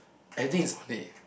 I think it's only